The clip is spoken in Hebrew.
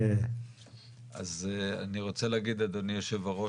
אז אני רוצה להגיד אדוני היו"ר,